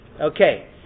Okay